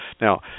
Now